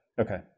Okay